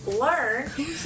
learn